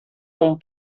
non